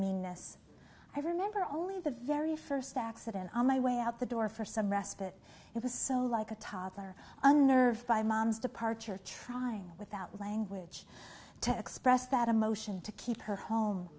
meanness i remember only the very first accident on my way out the door for some respite it was so like a toddler unnerved by mom's departure trying without language to express that emotion to keep her home